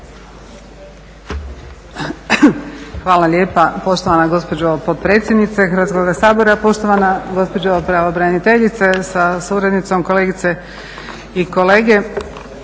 Hvala lijepa poštovana gospođo potpredsjednice Hrvatskoga sabora, poštovana gospođo pravobraniteljice sa suradnicom, kolegice i kolege.